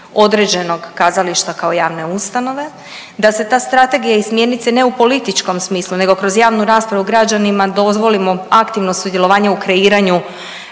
određenog kazališta kao javne ustanove, da se ta strategija i smjernice ne u političkom smislu nego kroz javnu raspravu građanima dozvolimo aktivno sudjelovanje u kreiranju